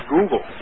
Google